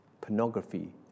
pornography